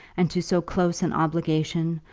and to so close an obligation,